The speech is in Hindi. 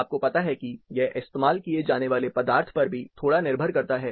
आपको पता है कि यह इस्तेमाल किए जाने वाले पदार्थ पर भी थोड़ा निर्भर करता है